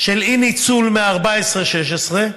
של אי-ניצול מ-2014 2016,